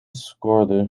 scoorden